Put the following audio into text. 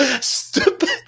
Stupid